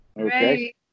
Okay